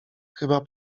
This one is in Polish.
chyba